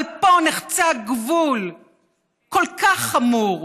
אבל פה נחצה גבול כל כך חמור,